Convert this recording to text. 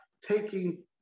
taking